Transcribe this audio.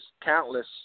countless